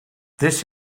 this